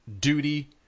duty